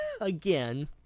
again